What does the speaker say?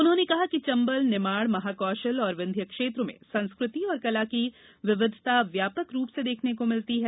उन्होंने कहा कि चम्बल निमाड़ महाकौशल ैऔर विंध्य क्षेत्र में संस्कृति और कला की विविधता व्यापक रूप से देखने को मिलती है